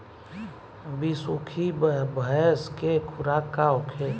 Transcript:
बिसुखी भैंस के खुराक का होखे?